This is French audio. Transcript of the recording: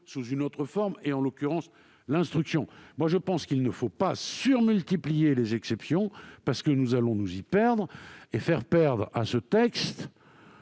sous une autre forme, en l'occurrence l'instruction. Je pense qu'il ne faut pas multiplier les exceptions ; nous risquons de nous y perdre et de faire perdre à ce texte